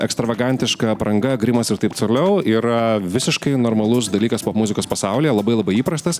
ekstravagantiška apranga grimas ir taip toliau yra visiškai normalus dalykas popmuzikos pasaulyje labai labai įprastas